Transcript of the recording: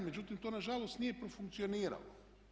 Međutim, to nažalost nije profunkcioniralo.